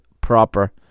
proper